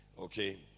Okay